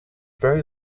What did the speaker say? very